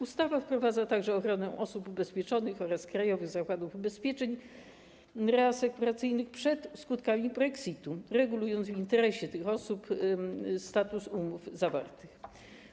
Ustawa wprowadza także ochronę osób ubezpieczonych oraz krajowych zakładów ubezpieczeń reasekuracyjnych przed skutkami brexitu, regulując w interesie tych osób status zawartych umów.